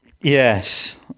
Yes